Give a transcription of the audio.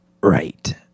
Right